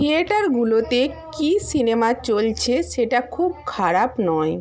থিয়েটারগুলোতে কী সিনেমা চলছে সেটা খুব খারাপ নয়